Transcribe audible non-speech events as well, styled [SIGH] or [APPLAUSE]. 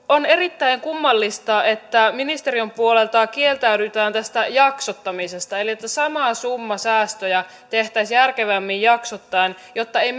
on erittäin kummallista että ministeriön puolelta kieltäydytään tästä jaksottamisesta eli että sama summa säästöjä tehtäisiin järkevämmin jaksottaen jotta ei [UNINTELLIGIBLE]